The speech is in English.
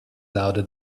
louder